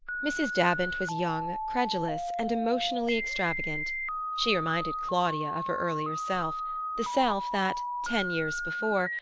mrs. davant was young, credulous and emotionally extravagant she reminded claudia of her earlier self the self that, ten years before,